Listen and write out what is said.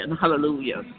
Hallelujah